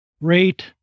rate